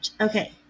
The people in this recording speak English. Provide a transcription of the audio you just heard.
okay